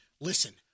listen